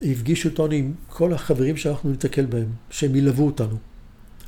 ‫הפגישו אותנו עם כל החברים ‫שאנחנו ניתקל בהם, ‫שהם ילוו אותנו.